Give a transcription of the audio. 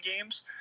games